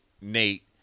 Nate